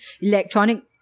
electronic